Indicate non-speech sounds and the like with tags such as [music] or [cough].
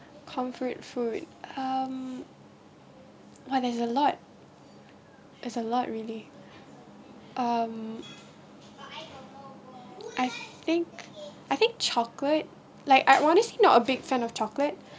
comfort food um !wah! there's a lot it's a lot really um I think I think like I honestly not a big fan of chocolate [breath]